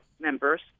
members